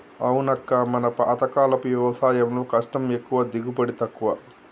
అవునక్క మన పాతకాలపు వ్యవసాయంలో కష్టం ఎక్కువ దిగుబడి తక్కువ